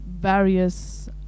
various